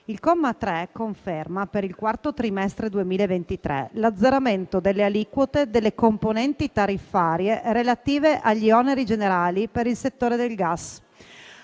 Il comma 3 conferma per il quarto trimestre del 2023 l'azzeramento delle aliquote delle componenti tariffarie relative agli oneri generali per il settore del gas.